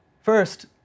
First